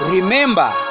Remember